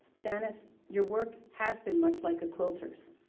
janice, your work has been much like a quilter's.